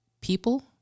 people